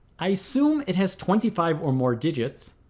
i assume it has twenty five or more digits.